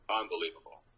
unbelievable